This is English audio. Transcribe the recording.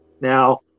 Now